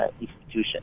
institution